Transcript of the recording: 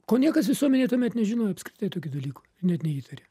ko niekas visuomenėj tuomet nežinojo apskritai tokių dalykų net neįtarė